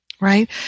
right